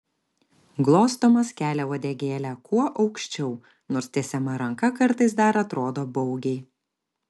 glostomas kelia uodegėlę kuo aukščiau nors tiesiama ranka kartais dar atrodo baugiai